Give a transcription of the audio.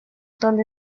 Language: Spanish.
donde